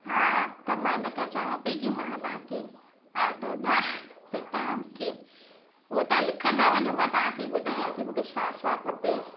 हा त मां इन करे चवा पई कि मां तव्हांखे ऑडर ॾिया त तव्हां मूंखे उहो तव्हां लिखंदा वञो मां तव्हांखे ॿुधायां थी मूंखे छा छा खपे